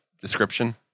description